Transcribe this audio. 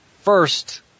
first